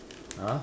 !huh!